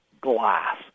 glass